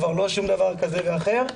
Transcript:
כבר לא שום דבר כזה ואחר.